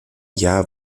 jahr